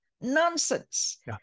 nonsense